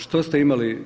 Što ste imali?